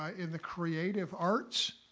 ah in the creative arts,